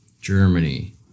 germany